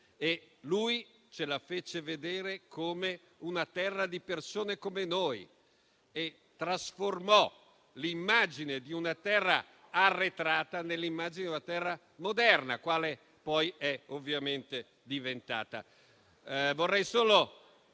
e lui ce la fece vedere come una terra di persone come noi, trasformando l'immagine di una terra arretrata nell'immagine di una terra moderna, quale poi è diventata.